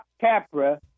Capra